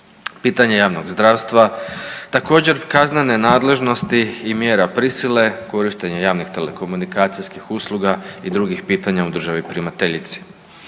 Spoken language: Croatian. pitanje javnog zdravstva. Također, kaznene nadležnosti i mjere prisile, korištenje javnih telekomunikacijskih usluga i drugih pitanja u državi primateljici.